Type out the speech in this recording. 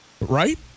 right